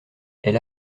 elle